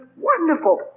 wonderful